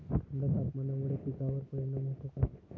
थंड तापमानामुळे पिकांवर परिणाम होतो का?